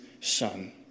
son